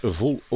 vol